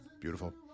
Beautiful